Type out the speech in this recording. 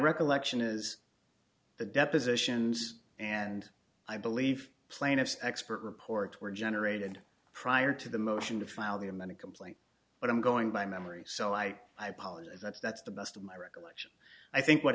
recollection is the depositions and i believe plaintiff's expert reports were generated prior to the motion to file the amended complaint but i'm going by memory so i i apologize if that's the best of my recollection i think what